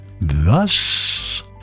thus